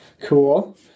Cool